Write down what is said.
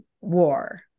war